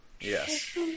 Yes